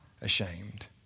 ashamed